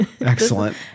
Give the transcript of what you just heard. Excellent